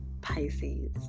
Pisces